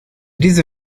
diese